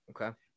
Okay